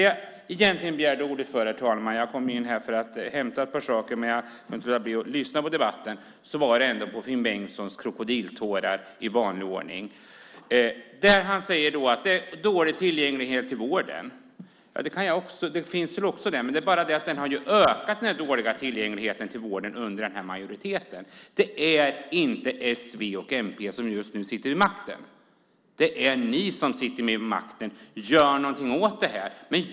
Jag begärde ordet på grund av Finn Bengtssons krokodiltårar. Han säger att det är dålig tillgänglighet i vården. Den dåliga tillgängligheten till vården har ju ökat under den här majoriteten. Det är inte s, v och mp som sitter vid makten just nu. Det är ni som sitter vid makten. Gör något åt detta!